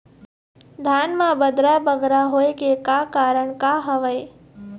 धान म बदरा बगरा होय के का कारण का हवए?